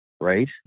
right